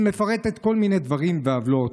היא מפרטת כל מיני דברים ועוולות,